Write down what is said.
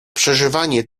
przeżywanie